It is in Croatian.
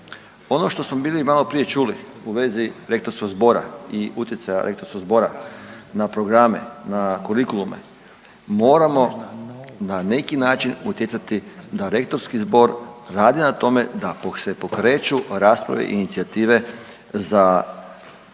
Ono što smo bili maloprije čuli u vezi rektorskog zbora i utjecaja rektorskog zbora na programe, na kurikulume, moramo na neki način utjecati da rektorski zbor radi na tome da se pokreću rasprave i inicijative za redovito